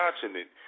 continent